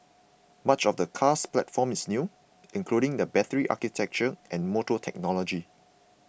much of the car's platform is new including the battery architecture and motor technology